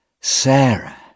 Sarah